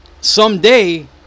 someday